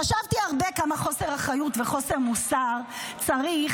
חשבתי הרבה כמה חוסר אחריות וחוסר מוסר צריך